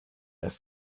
asked